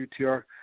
UTR